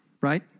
right